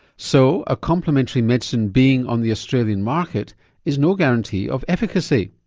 so a complementary medicine being on the australian market is no guarantee of efficacy.